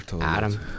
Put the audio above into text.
Adam